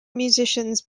musicians